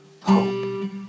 hope